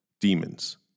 demons